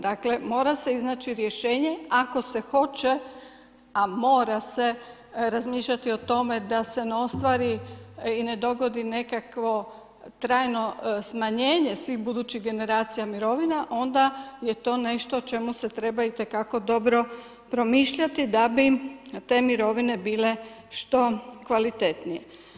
Dakle mora se iznaći rješenje ako se hoće, a mora se, razmišljati o tome da se ne ostvari i ne dogodi nekakvo trajno smanjenje svih budućih generacija mirovina, onda je to nešto o čemu se treba itekako dobro promišljati da bi te mirovine bile što kvalitetnije.